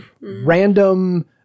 random